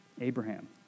Abraham